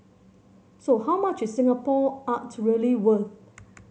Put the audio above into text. so how much is Singapore art really worth